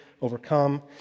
overcome